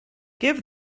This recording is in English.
give